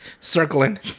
circling